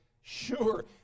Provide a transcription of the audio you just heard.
sure